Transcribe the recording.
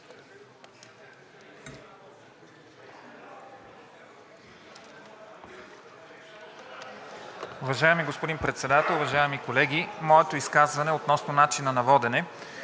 Уважаеми господин Председател, уважаеми колеги! Моето изказване е относно начина на водене.